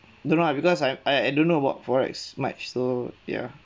don't know ah because I I I don't know about forex much so ya